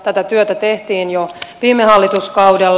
tätä työtä tehtiin jo viime hallituskaudella